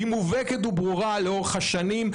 היא מובהקת וברורה לאורך השנים,